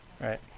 right